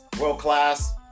world-class